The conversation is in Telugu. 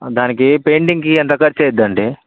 దానికి పెయింటింగ్కి ఎంత ఖర్చు అవుతుంది